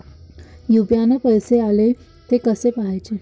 UPI न पैसे आले, थे कसे पाहाचे?